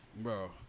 Bro